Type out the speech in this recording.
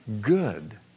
good